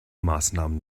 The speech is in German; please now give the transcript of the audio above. maßnahmen